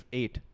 eight